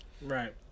Right